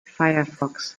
firefox